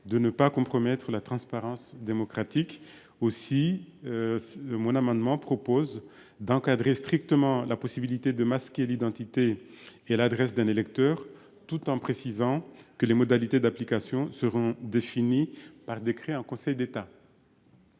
de ne pas compromettre la transparence démocratique. Aussi, mon amendement vise à encadrer strictement la possibilité de masquer l’identité et l’adresse d’un électeur, en précisant que ses modalités d’application seront définies par décret en Conseil d’État.